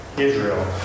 Israel